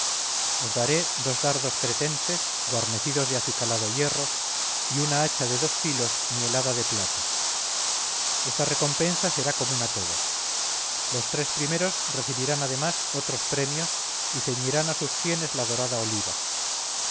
os daré dos dardos cretenses guarnecidos de acicalado hierro y una hacha de dos filos nielada de plata esta recompensa será común a todos los tres primeros recibirán además otros premios y ceñirán a sus sienes la dorada oliva